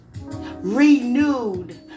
renewed